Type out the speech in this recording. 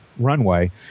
Runway